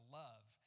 love